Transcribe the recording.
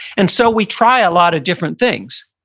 and so we try a lot of different things.